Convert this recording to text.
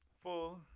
Full